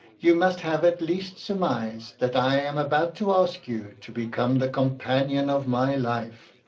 you must have at least surmised that i am about to ask you to become the companion of my life.